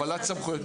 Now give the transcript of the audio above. הפעלת סמכויות.